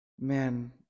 man